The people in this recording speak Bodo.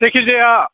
जायखिजाया